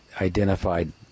identified